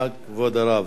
בבקשה, כבוד הרב.